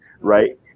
right